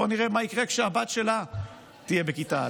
בואו נראה מה יקרה כשהבת שלה תהיה בכיתה א'.